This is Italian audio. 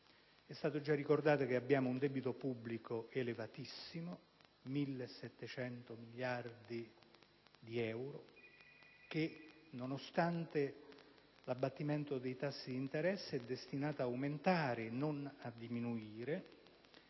È stato già ricordato che abbiamo un debito pubblico elevatissimo, 1.700 miliardi di euro, che nonostante l'abbattimento dei tassi di interesse è destinato ad aumentare e non a diminuire;